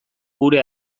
gure